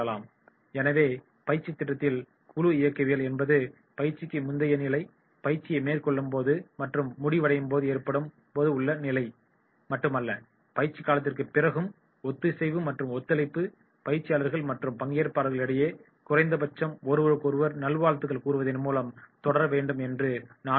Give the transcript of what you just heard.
எனவே பயிற்சித் திட்டத்தில் குழு இயக்கவியல் என்பது பயிற்சிக்கு முந்தைய நிலை பயிற்சியை மேற்கொள்ளும்போது மற்றும் முடிவடையும் போது ஏற்படும் போது உள்ள நிலை மட்டுமல்ல பயிற்சி காலத்திற்கு பிறகும் ஒத்திசைவு மற்றும் ஒத்துழைப்பு பயிற்சியாளர்கள் மற்றும் பங்கேற்பாளர்களுக்கு இடையே குறைந்தபட்சம் ஒருவருக்கொருவர் நல்வாழ்த்துக்கள் கூறுவதின் மூலம் தொடர வேண்டும் என்று நான் விரும்புகிறேன்